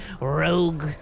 rogue